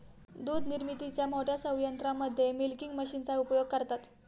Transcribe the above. दूध निर्मितीच्या मोठ्या संयंत्रांमध्ये मिल्किंग मशीनचा उपयोग करतात